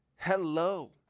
Hello